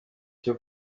cyo